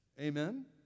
Amen